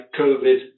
COVID